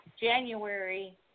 January